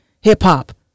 hip-hop